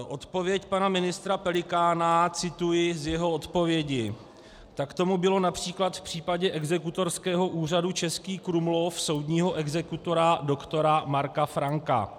Odpověď pana ministra Pelikána cituji z jeho odpovědi: Tak tomu bylo například v případě Exekutorského úřadu Český Krumlov soudního exekutora doktora Marka Franka.